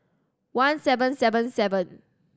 one seven seven seven